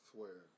Swear